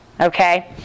okay